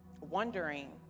wondering